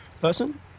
person